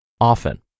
often